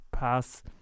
Pass